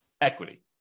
equity